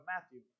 Matthew